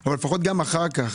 אבל לפחות גם אחר כך,